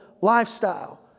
lifestyle